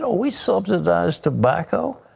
we subsidized tobacco,